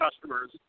customers